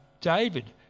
David